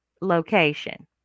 location